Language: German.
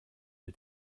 mit